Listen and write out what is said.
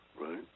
right